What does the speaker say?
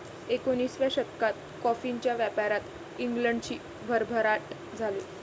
एकोणिसाव्या शतकात कॉफीच्या व्यापारात इंग्लंडची भरभराट झाली